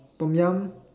Tom-Yum